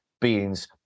beings